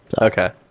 okay